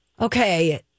Okay